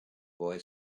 boy